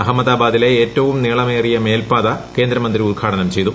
അഹമ്മദാബാദിലെ ഏറ്റവും നീളമേറിയ മേൽപ്പാത കേന്ദ്രമന്ത്രി ഉദ്ഘാടനം ചെയ്തു